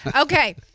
okay